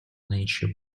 nature